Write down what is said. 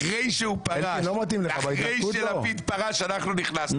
אחרי שלפיד פרש, אנחנו נכנסנו.